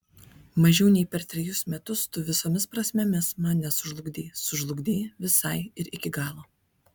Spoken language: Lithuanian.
mažiau nei per trejus metus tu visomis prasmėmis mane sužlugdei sužlugdei visai ir iki galo